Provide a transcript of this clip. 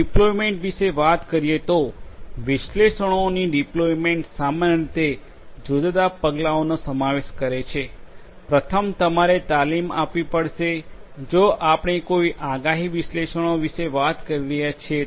deployment વિશે વાત કરીએ તો વિશ્લેષણોની ડિપ્લોયમેન્ટ સામાન્ય રીતે જુદા જુદા પગલાઓનો સમાવેશ કરે છે પ્રથમ તમારે તાલીમ આપવી પડશે જો આપણે કોઈ આગાહી વિશ્લેષણો વિશે વાત કરી રહ્યા છીએ તો